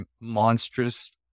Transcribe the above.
monstrous